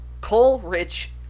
coal-rich